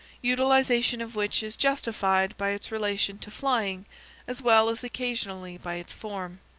utilization of which is justified by its relation to flying as well as occasionally by its form.